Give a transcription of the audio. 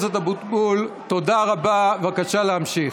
בבקשה להמשיך.